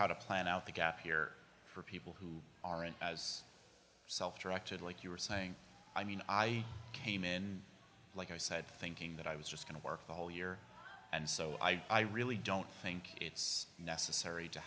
how to plan out the gap year people who aren't as self directed like you are saying i mean i came in like i said thinking that i was just going to work the whole year and so i i really don't think it's necessary to